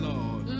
Lord